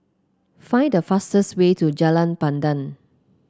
find the fastest way to Jalan Pandan